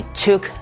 took